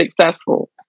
successful